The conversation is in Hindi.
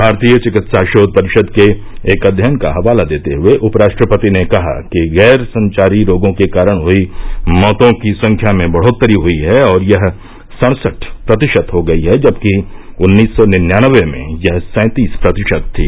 भारतीय चिकित्सा शोध परिषद के एक अध्ययन का हवाला देते हुए उपराष्ट्रपति ने कहा कि गैरसंचारी रोगों के कारण हुई मौतों की संख्या में बढ़ोतरी हुई है और यह सढ़सठ प्रतिशत हो गई है जबकि उन्नीस सौ निन्यानवे में यह सैंतीस प्रतिशत थी